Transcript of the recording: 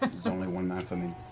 only one man for me.